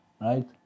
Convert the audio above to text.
right